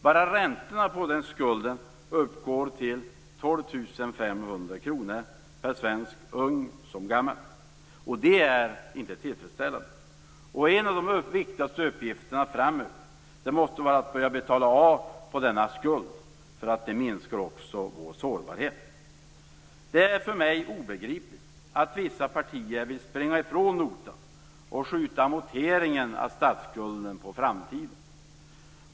Bara räntorna på denna skuld uppgår till 12 500 kronor per svensk, ung såväl som gammal. Detta är inte tillfredsställande. En av de viktigaste uppgifterna för de närmaste åren måste vara att börja betala av på denna skuld. Det minskar också vår sårbarhet. Det är för mig obegripligt att vissa partier vill springa ifrån notan och skjuta amorteringen av statsskulden på framtiden.